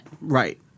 Right